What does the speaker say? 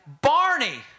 Barney